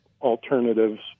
alternatives